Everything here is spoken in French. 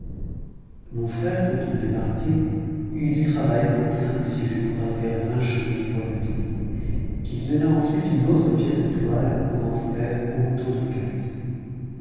mon frère continua le barbier eut du travail pour cinq ou six jours à faire vingt chemises pour le meunier qui lui donna ensuite une autre pièce de toile pour en faire autant de caleçons